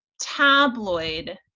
tabloid